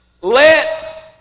let